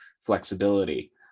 flexibility